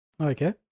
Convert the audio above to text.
Okay